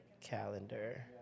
calendar